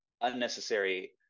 unnecessary